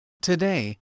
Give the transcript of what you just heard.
Today